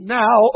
now